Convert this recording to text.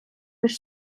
між